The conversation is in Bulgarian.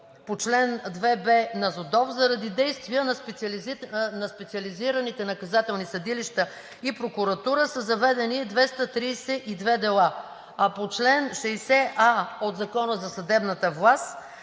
– чл. 2б на ЗОДОВ, заради действия на специализираните наказателни съдилища и прокуратура са заведени 232 дела, а по чл. 60а от Закона за съдебната власт